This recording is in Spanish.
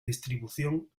distribución